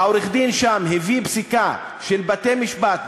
עורך-הדין הביא שם פסיקה של בתי-משפט,